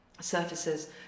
surfaces